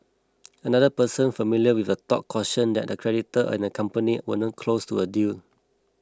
another person familiar with the talk cautioned that the creditor and the company weren't close to a deal